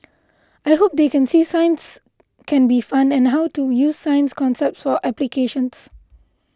I hope they can see science can be fun and how to use science concepts for applications